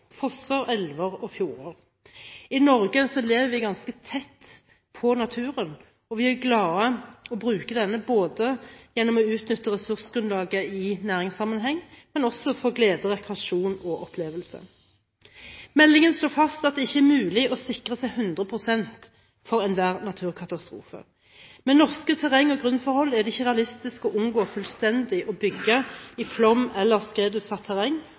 fosser, elver og fjorder. I Norge lever vi ganske tett på naturen, og vi er glad i å bruke den – både gjennom å utnytte ressursgrunnlaget i næringssammenheng og for glede, rekreasjon og opplevelse. Meldingen slår fast at det ikke er mulig å sikre seg 100 pst. mot enhver naturkatastrofe. Med norske terreng- og grunnforhold er det ikke realistisk å unngå fullstendig å bygge i flom- eller